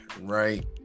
right